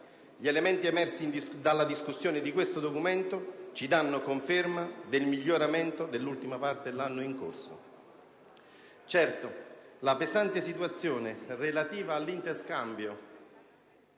Gli elementi emersi dalla discussione di questo documento ci danno conferma del miglioramento nell'ultima parte dell'anno in corso. Certo, la pesante situazione relativa all'interscambio